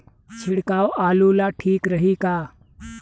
छिड़काव आलू ला ठीक रही का?